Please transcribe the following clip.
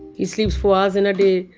he sleeps four hours in a day.